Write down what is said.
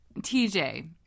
TJ